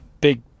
Big